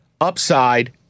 upside